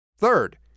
Third